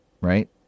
right